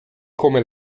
come